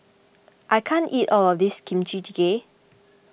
I can't eat all of this Kimchi Jjigae